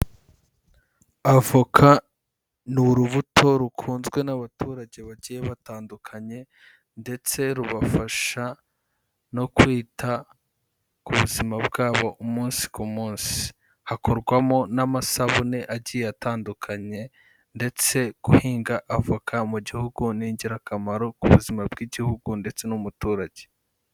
Avoka ni urubuto rukunzwe n'abaturage bagiye batandukanye ndetse rubafasha no kwita ku buzima bwabo umunsi ku munsi. Hakorwamo n'amasabune agiye atandukanye ndetse guhinga avoka mu gihugu ni ingirakamaro ku buzima bw'igihugu ndetse n'umuturage.